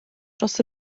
dros